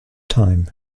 time